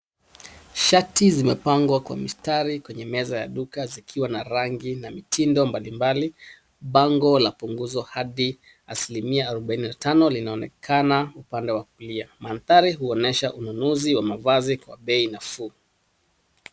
Shati zimepangwa kwa mistari kwenye meza ya duka zikiwa na rangi na mitindo mbalimbali. Bango la punguzo hadi asilimia arobaini na tano linaonekana upande wa kulia. Mandhari huonyesha ununuzi wa mavazi kwa bei nafuu.